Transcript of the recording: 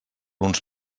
uns